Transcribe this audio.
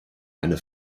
eine